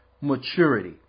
maturity